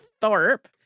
Thorpe